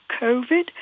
COVID